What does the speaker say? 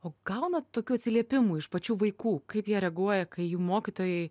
o gaunat tokių atsiliepimų iš pačių vaikų kaip jie reaguoja kai jų mokytojai